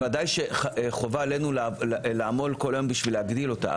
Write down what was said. בוודאי שחובה עלינו לעמול כל היום בשביל להגדיל אותה,